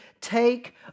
take